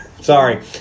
Sorry